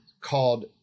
called